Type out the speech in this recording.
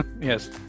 Yes